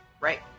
Right